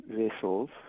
vessels